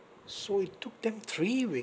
so it took them three weeks